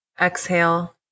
exhale